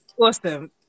Awesome